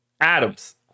Adams